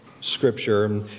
scripture